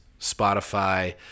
Spotify